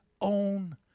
own